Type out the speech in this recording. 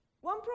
One